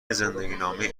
زندگینامه